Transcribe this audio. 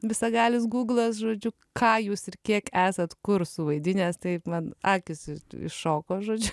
visagalis guglas žodžiu ką jūs ir kiek esat kur suvaidinęs tai man akys iššoko žodžiu